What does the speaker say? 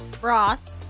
broth